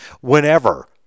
whenever